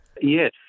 Yes